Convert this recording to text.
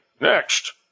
Next